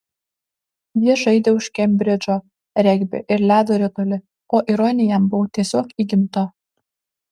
jis žaidė už kembridžą regbį ir ledo ritulį o ironija jam buvo tiesiog įgimta